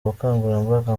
ubukangurambaga